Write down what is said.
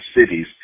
cities